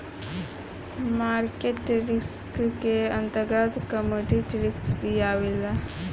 market risk के अंतर्गत commodity risk भी आवेला